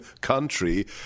country